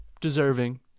deserving